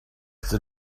the